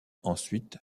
ensuite